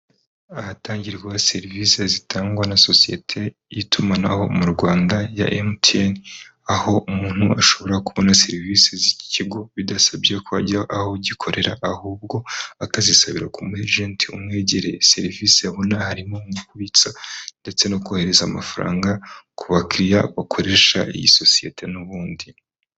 Ahatangirwa serivisi zitangwa na sosiyete y'itumanaho mu Rwanda ya MTN, aho umuntu ashobora kubona serivisi z'iki kigo bidasabye ko ajya aho gikorera, ahubwo akazisabira ku ku mu ejenti umwegereye, serivisi ubona harimo nko kubitsa ndetse no kohereza amafaranga ku bakiriya bakoresha iyi sosiyete n'ubundi.